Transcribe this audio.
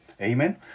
Amen